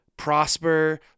Prosper